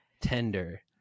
tender